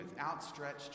outstretched